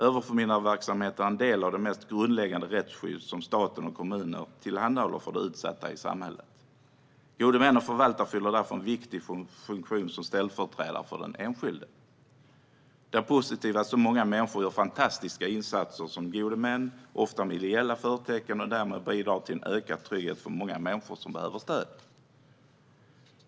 Överförmyndarverksamheten är en del av det mest grundläggande rättsskyddet som staten och kommuner tillhandahåller för de utsatta i samhället. Gode män och förvaltare fyller därför en viktig funktion som ställföreträdare för den enskilde. Det är positivt att så många människor gör fantastiska insatser som gode män, ofta med ideella förtecken, och därmed bidrar till en ökad trygghet för många människor som behöver stöd.